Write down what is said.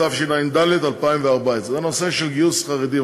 התשע"ד 2014. זה הנושא של גיוס חרדים,